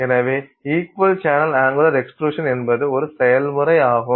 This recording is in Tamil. எனவே இக்வல் சேனல் அங்குலர் எக்ஸ்ட்ருஷன் என்பது ஒரு செயல்முறையாகும்